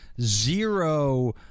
zero